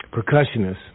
percussionists